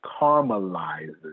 caramelizes